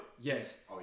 Yes